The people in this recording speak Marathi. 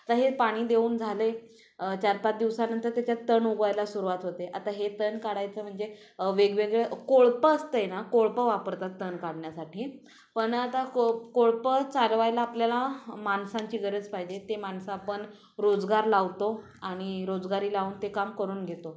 तर हे पाणी देऊन झाले चार पाच दिवसानंतर त्याच्यात तण उगवायला सुरवात होते आता हे तण काढायचं म्हणजे वेगवेगळे कोळपं असतं आहे ना कोळपं वापरतात तण काढण्यासाठी पण आता को कोळपं चालवायला आपल्याला माणसांची गरज पाहिजे ते माणसं आपण रोजगार लावतो आणि रोजगारी लावून ते काम करून घेतो